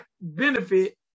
benefit